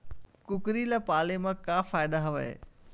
कुकरी ल पाले म का फ़ायदा हवय?